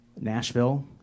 Nashville